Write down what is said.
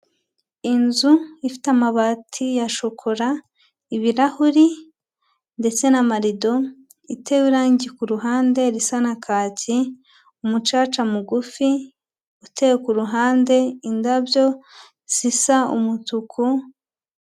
Inzu ifite amabati ya shokora, ibirahuri, ndetse n'amarido, itewe irangi ku ruhande risa na kaki, umucaca mugufi, uteye ku ruhande, indabyo zisa umutuku...